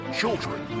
children